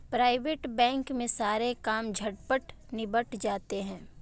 private bank में सारे काम झटपट निबट जाते हैं